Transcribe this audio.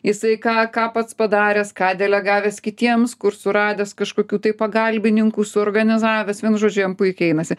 jisai ką ką pats padaręs ką delegavęs kitiems kur suradęs kažkokių tai pagalbininkų suorganizavęs vienu žodžiu jam puikiai einasi